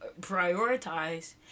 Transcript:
prioritize